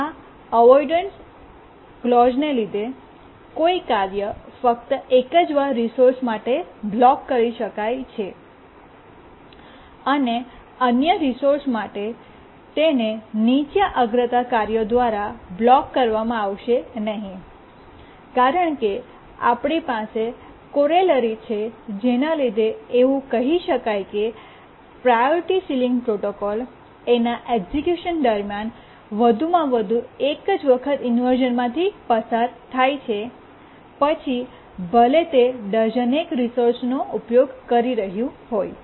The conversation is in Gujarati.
આ અવોઇડન્સ ક્લૉજ઼ને લીધે કોઈ કાર્ય ફક્ત એક જ વાર રિસોર્સ માટે બ્લોક કરી શકાય છે અને અન્ય રિસોર્સ માટે તેને નીચા અગ્રતા કાર્યો દ્વારા બ્લોક કરવામાં આવશે નહીં અને કારણ કે આપણી પાસે કૉરલેરી છે જેના લીધે એવું કહી શકાય કે પ્રાયોરિટી સીલીંગ પ્રોટોકોલ એના એક્સક્યૂશન દરમિયાન વધુમાં વધુ એક વખત ઇન્વર્શ઼નમાંથી પસાર થાય છે પછી ભલે તે ડઝનેક રિસોર્સનો ઉપયોગ કરી રહ્યું હોય